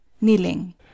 Kneeling